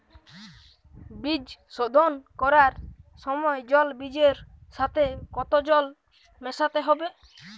বীজ শোধন করার সময় জল বীজের সাথে কতো জল মেশাতে হবে?